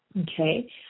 Okay